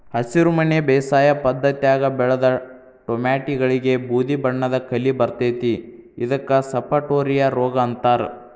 ಹಸಿರುಮನಿ ಬೇಸಾಯ ಪದ್ಧತ್ಯಾಗ ಬೆಳದ ಟೊಮ್ಯಾಟಿಗಳಿಗೆ ಬೂದಿಬಣ್ಣದ ಕಲಿ ಬರ್ತೇತಿ ಇದಕ್ಕ ಸಪಟೋರಿಯಾ ರೋಗ ಅಂತಾರ